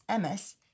MS